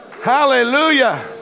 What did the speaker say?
hallelujah